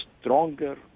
stronger